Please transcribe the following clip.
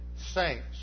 saints